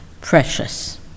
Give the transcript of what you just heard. precious